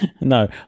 No